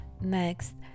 Next